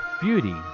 beauty